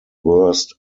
worst